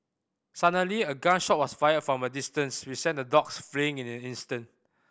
suddenly a gun shot was fired from a distance which sent the dogs fleeing in an instant